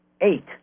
Eight